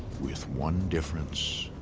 with one difference